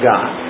God